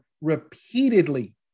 repeatedly